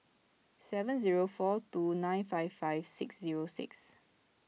seven zero four two nine five five six zero six